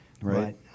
Right